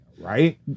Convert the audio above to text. right